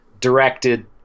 directed